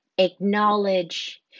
acknowledge